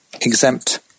exempt